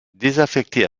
désaffectée